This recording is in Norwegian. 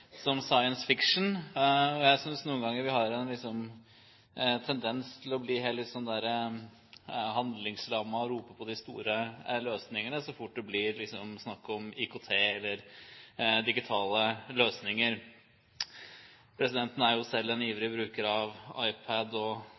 synes noen ganger vi har en tendens til å bli litt handlingslammet og rope på de store løsningene så fort det blir snakk om IKT eller digitale løsninger. Presidenten er selv en ivrig bruker av iPad og